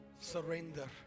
surrender